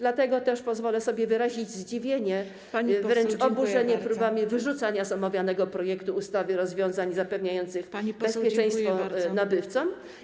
Dlatego też pozwolę sobie wyrazić zdziwienie, wręcz oburzenie próbami wyrzucania z omawianego projektu ustawy rozwiązań zapewniających bezpieczeństwo nabywcom.